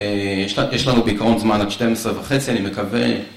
יש לנו בעיקרון זמן עד שתיים עשרה וחצי, אני מקווה...